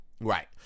right